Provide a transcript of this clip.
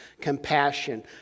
compassion